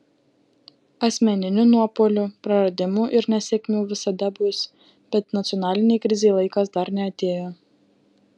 asmeninių nuopuolių praradimų ir nesėkmių visada bus bet nacionalinei krizei laikas dar neatėjo